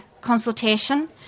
consultation